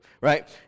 Right